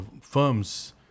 firms